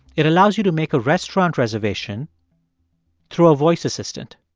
it allows you to make a restaurant reservation through a voice assistant